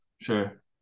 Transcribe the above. Sure